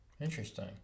interesting